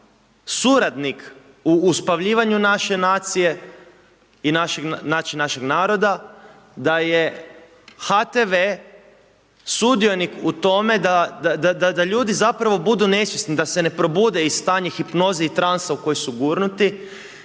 suradnik u uspavljivanju naše nacije i našeg naroda, da je HTV sudionik u tome da ljudi zapravo budu nesvjesni, da se ne probude iz stanja hipnoze i transa u koji su gurnuti